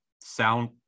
sound